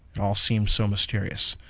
it all seemed so mysterious,